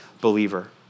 believer